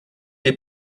est